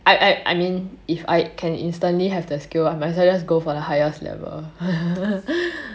I I I mean if I can instantly have the skill I might as well go for the highest level